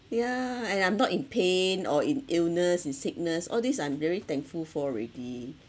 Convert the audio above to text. yeah and I'm not in pain or in illness in sickness all these I'm very thankful for already